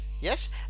Yes